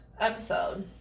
episode